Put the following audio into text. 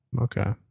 Okay